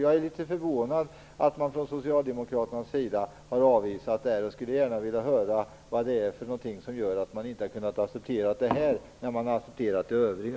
Jag är litet förvånad över att man från socialdemokraterna har avvisat det förslaget. Jag skulle gärna vilja höra vad det är som gör att man inte har kunnat acceptera detta när man har accepterat det övriga.